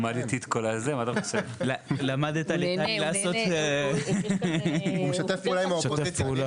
הוא משתף פעולה עם האופוזיציה.